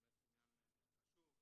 באמת עניין חשוב.